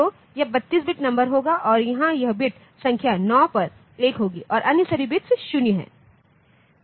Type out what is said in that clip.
तो यह 32 bit number होगा और यहां यह बिट संख्या 9 पर 1होगी और अन्य सभी बिट्स 0 हैं